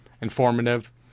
informative